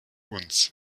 uns